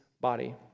body